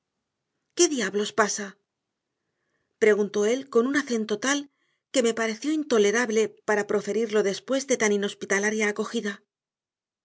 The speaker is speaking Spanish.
qué diablos pasa preguntó él con un acento tal que me pareció intolerable para proferirlo después de tan inhospitalaria acogida